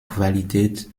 qualität